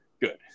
good